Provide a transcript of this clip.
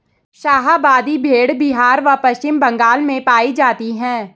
शाहाबादी भेड़ बिहार व पश्चिम बंगाल में पाई जाती हैं